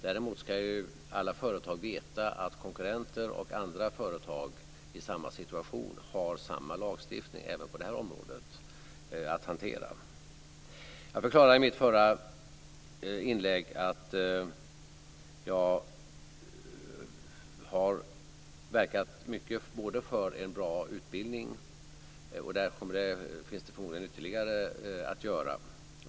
Däremot ska alla företag veta att konkurrenter och andra företag i samma situation har samma lagstiftning även på det området att hantera. Jag förklarade i mitt förra inlägg att jag har verkat mycket för en bra utbildning. Där finns det förmodligen ytterligare att göra.